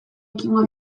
ekingo